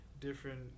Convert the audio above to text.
different